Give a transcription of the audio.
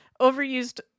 overused